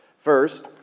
First